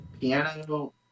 Piano